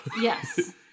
yes